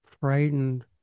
frightened